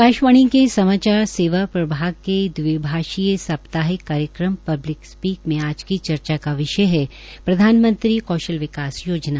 आकाशवाणी के समाचार सेवा प्रभाग के द्विभाषीय साप्ताहिक कार्यक्रम पब्लिक स्पीक में आज का विषय है प्रधानमंत्री कौशल विकास योजना